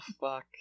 fuck